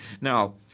Now